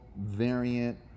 variant